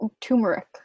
Turmeric